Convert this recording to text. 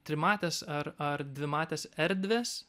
trimatės ar ar dvimatės erdvės